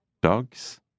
Dogs